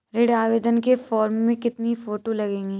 ऋण आवेदन के फॉर्म में कितनी फोटो लगेंगी?